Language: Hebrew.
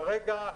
כרגע,